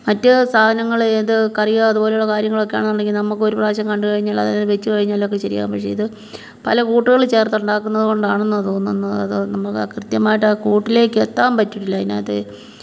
മറ്റ് സാധനങ്ങൾ ഏത് കറിയോ അതുപോലെയുള്ള കാര്യങ്ങളൊക്കെയാണെന്ന്ണ്ടെങ്കിൽ നമുക്ക് ഒരു പ്രാവശ്യം കണ്ട് കഴിഞ്ഞാൽ അത് വെച്ച് കഴിഞ്ഞാലക്കെ ശരിയാകും പക്ഷേ ഇത് പല കൂട്ടുകൾ ചേർത്ത് ഉണ്ടാക്കുന്നത് കൊണ്ടാണെന്ന് തോന്നുന്നത് അത് നമുക്ക് കൃത്യമായിട്ട് കൂട്ടിലേക്കെത്താൻ പറ്റിട്ടില്ല അതിനകത്ത്